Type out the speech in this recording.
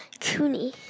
Cooney